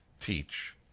teach